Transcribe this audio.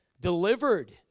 delivered